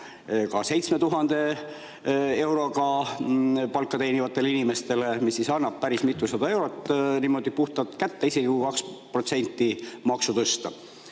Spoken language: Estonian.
ka 7000 euro suurust palka teenivatele inimestele, mis annab päris mitusada eurot niimoodi puhtalt kätte, isegi kui 2% maksu tõsta. Minu